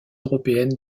européenne